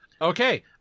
Okay